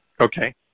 Okay